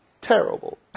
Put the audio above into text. terrible